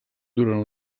durant